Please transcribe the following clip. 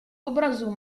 obrazu